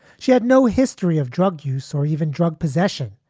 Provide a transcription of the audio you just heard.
she had no history of drug use or even drug possession.